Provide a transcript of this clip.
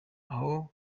aho